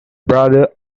brother